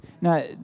now